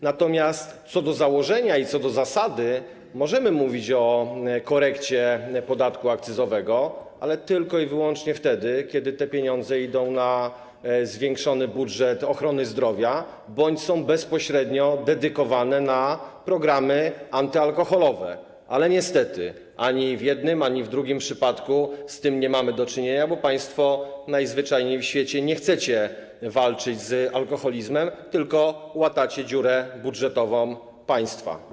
Natomiast co do założenia i co do zasady możemy mówić o korekcie podatku akcyzowego, ale tylko i wyłącznie wtedy, kiedy te pieniądze idą na zwiększony budżet ochrony zdrowia bądź są bezpośrednio dedykowane na programy antyalkoholowe, ale niestety ani w jednym, ani w drugim przypadku nie mamy z tym do czynienia, bo państwo najzwyczajniej w świecie nie chcecie walczyć z alkoholizmem, tylko łatacie dziurę budżetową państwa.